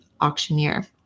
auctioneer